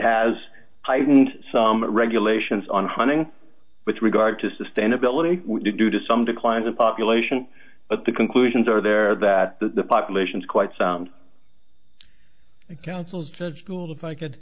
has heightened some regulations on hunting with regard to sustainability due to some declines in population but the conclusions are there that the population is quite sound council's judge gould if i could